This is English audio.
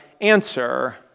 answer